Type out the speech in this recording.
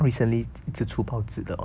recently 一直出报纸的